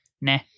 nah